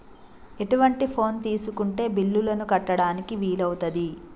ఎటువంటి ఫోన్ తీసుకుంటే బిల్లులను కట్టడానికి వీలవుతది?